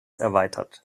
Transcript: erweitert